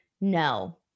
No